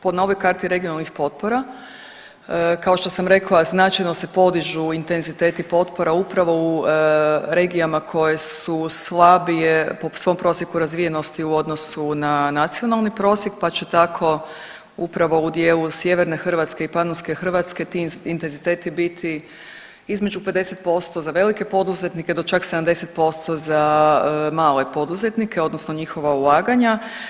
Po novoj karti regionalnih potpora kao što sam rekla, značajno se podižu intenziteti potpora upravo u regijama koje su slabije po svom prosjeku razvijenosti u odnosu na nacionalni prosjek pa će tako upravo u dijelu Sjeverne Hrvatske i Panonske Hrvatske ti intenziteti biti između 50% za velike poduzetnike do čak 70% za male poduzetnike odnosno njihova ulaganja.